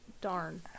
darn